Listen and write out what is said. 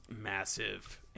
massive